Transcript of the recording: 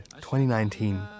2019